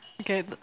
Okay